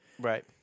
Right